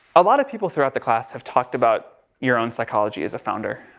a lot of people throughout the class have talked about your own psychology as a founder.